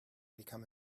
become